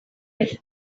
with